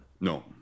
No